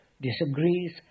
disagrees